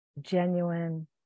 genuine